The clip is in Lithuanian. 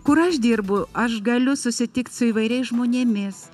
kur aš dirbu aš galiu susitikt su įvairiais žmonėmis